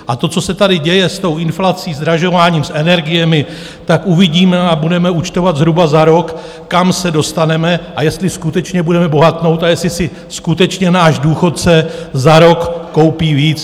A to, co se tady děje s tou inflací, zdražováním, s energiemi, tak uvidíme a budeme účtovat zhruba za rok, kam se dostaneme a jestli skutečně budeme bohatnout a jestli si skutečně náš důchodce za rok koupí víc.